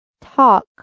Talk